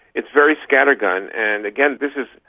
it's very scattergun, and again this is,